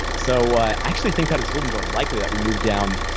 so i actually think that it's a little more likely that we moved down,